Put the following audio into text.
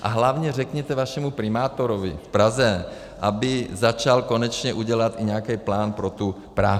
A hlavně řekněte vašemu primátorovi v Praze, aby začal konečně dělat i nějaký plán pro Prahu.